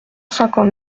cinquante